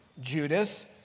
Judas